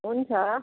हुन्छ